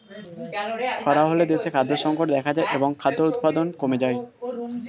খরা হলে দেশে খাদ্য সংকট দেখা যায় এবং খাদ্য উৎপাদন কমে যায়